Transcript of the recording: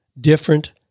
different